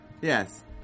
yes